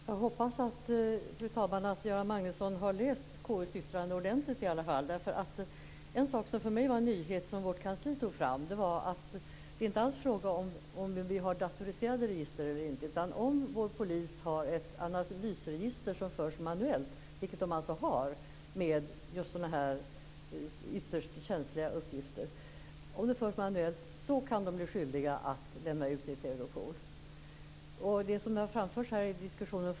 Fru talman! Jag hoppas att Göran Magnusson har läst KU:s yttrande ordentligt. En sak som vårt kansli har tagit fram och som för mig var en nyhet är att det inte alls är fråga om huruvida vi har datoriserade register eller inte. Om vår polis har ett analysregister som förs manuellt - vilket man har, och det gäller då ytterst känsliga uppgifter - kan man bli skyldig att lämna ut det till Europol.